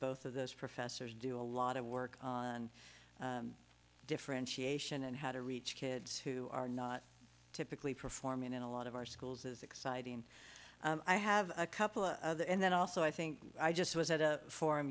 both of those professors do a lot of work on differentiation and how to reach kids who are not typically performing in a lot of our schools is exciting and i have a couple of other and then also i think i just was at a forum